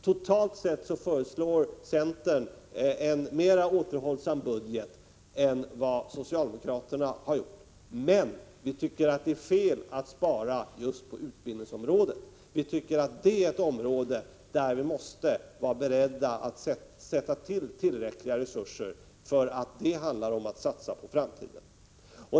Totalt sett föreslår centern en mer återhållsam budget än socialdemokraternas. Men vi tycker det är fel att spara på just utbildningsområdet. Vi tycker att vi på det området måste vara beredda att sätta till tillräckliga resurser, för det handlar om att satsa på framtiden.